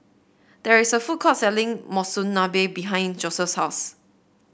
there is a food court selling Monsunabe behind Joeseph's house